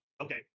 okay